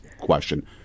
question